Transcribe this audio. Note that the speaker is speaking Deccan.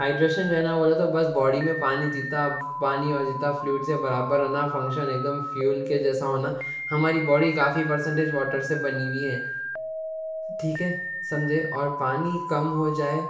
ہائیڈریشن رہنا بولے تو بس باڈی میں پانی جتنا اور فلوئڈز جتنا برابر رہنا، فنکشن اکدم فیول کے جیسا ہونا۔ ہماری باڈی کافی پرسنٹیج واٹر سے بنی وی ہے، ٹھیک ہے سمجھے۔ پانی کم ہو جائے